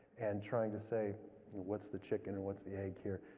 and trying to say what's the chicken and what's the egg here,